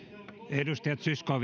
arvoisa